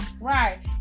Right